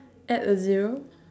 add a zero